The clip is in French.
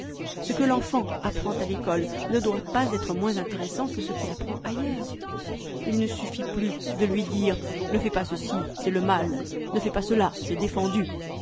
ce que l'enfant apprend à l'école ne doit pas être moins intéressant que ce qu'il apprend ailleurs il ne suffit plus de lui dire ne fais pas ceci c'est le mal ne fais pas cela c'est défendu